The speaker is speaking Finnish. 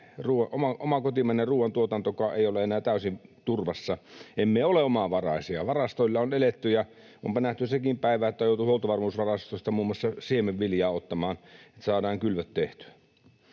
oma kotimainen ruoantuotantokaan ei ole enää täysin turvassa. Emme ole omavaraisia, varastoilla on eletty. Onpa nähty sekin päivä, että jouduttiin huoltovarmuusvarastosta ottamaan muun muassa siemenviljaa, että saatiin kylvöt tehtyä.